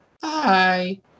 Bye